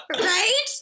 right